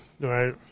Right